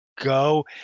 go